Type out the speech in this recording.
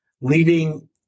leading